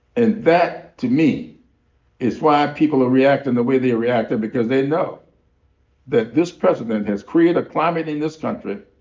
and that to me is why people are reacting the way they are reacting, because they know that this president has created a climate in this country